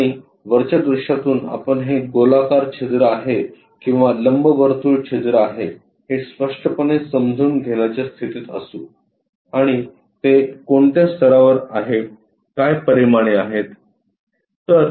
आणि वरच्या दृश्यातून आपण हे गोलाकार छिद्र आहे किंवा लंबवर्तुळ छिद्र आहे हे स्पष्टपणे समजून घेण्याच्या स्थितीत असू आणि ते कोणत्या स्तरावर आहे काय परिमाणे आहेत